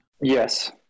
Yes